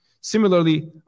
Similarly